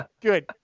Good